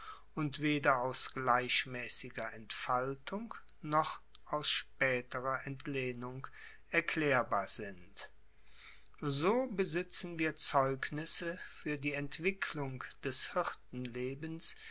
und weder aus gleichmaessiger entfaltung noch aus spaeterer entlehnung erklaerbar sind so besitzen wir zeugnisse fuer die entwicklung des